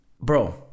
Bro